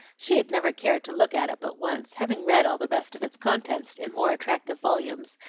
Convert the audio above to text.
she had never cared to look at it but once, having read all the best of its contents in more attractive volumes,